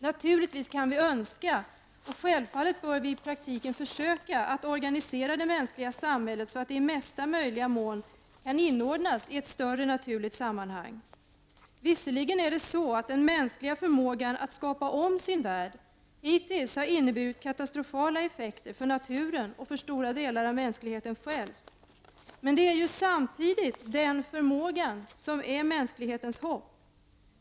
Naturligtvis kan vi önska, och självfallet bör vi i praktiken försöka åstadkomma detta, att det mänskliga samhället organiseras så, att det i största möjliga mån kan inordnas i ett större naturligt sammanhang. Visserligen har den mänskliga förmågan att skapa om sin värld hittills fått katastrofala effekter vad gäller naturen och stora delar av mänskligheten själv. Men samtidigt är det ju denna förmåga som är mänsklighetens hopp.